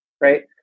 Right